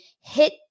hit